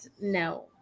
no